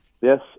Yes